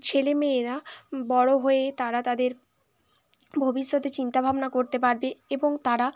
ছেলে মেয়েরা বড় হয়ে তারা তাদের ভবিষ্যতে চিন্তা ভাবনা করতে পারবে এবং তারা